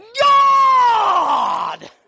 God